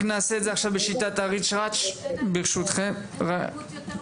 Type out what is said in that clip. אז למה יש יותר אלימות בחברה?